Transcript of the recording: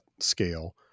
scale